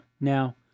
Now